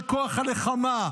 של כוח הלחימה,